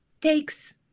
takes